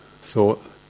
thought